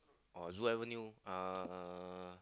or zoo avenue uh